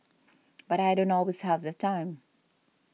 but I don't always have the time